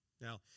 Now